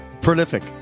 prolific